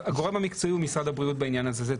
הגורם המקצועי הוא משרד הבריאות בעניין הזה,